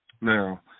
Now